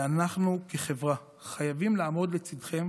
ואנחנו כחברה חייבים לעמוד לצידכם